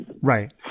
right